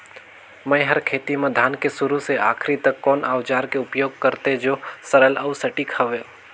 मै हर खेती म धान के शुरू से आखिरी तक कोन औजार के उपयोग करते जो सरल अउ सटीक हवे?